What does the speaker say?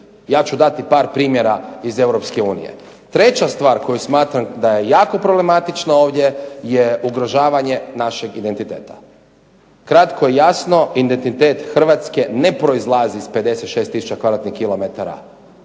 Ja ću dati par primjera iz Europske unije. Treća stvar koju smatram da je jako problematična ovdje, je ugrožavanje našeg identiteta. Kratko i jasno, identitet Hrvatske ne proizlazi iz 56